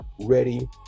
ready